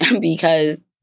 because-